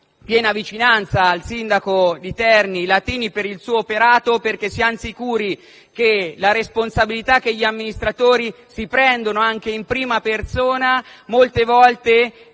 piena vicinanza al sindaco di Terni Latini per il suo operato, perché siamo sicuri che la responsabilità che gli amministratori si prendono, anche in prima persona, molte volte